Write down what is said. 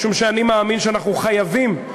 משום שאני מאמין שאנחנו חייבים,